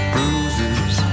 Bruises